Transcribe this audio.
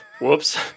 Whoops